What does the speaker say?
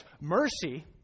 Mercy